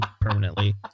permanently